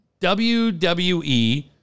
WWE